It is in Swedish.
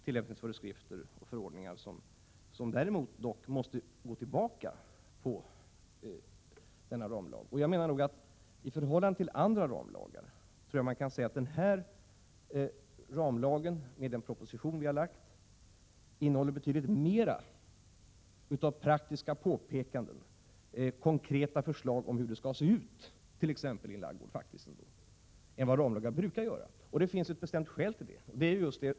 Man måste ha förordningar och tillämpningsföreskrifter, som dock måste grunda sig på denna ramlag. I förhållande till andra ramlagar tror jag att den här ramlagen tillsammans med den proposition vi har lagt fram innehåller betydligt mer av praktiska påpekanden och konkreta förslag, t.ex. om hur det skall se ut i en ladugård, än vad ramlagar brukar göra. Det finns ett bestämt skäl till detta.